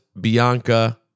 Bianca